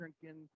drinking